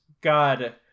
God